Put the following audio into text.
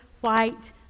white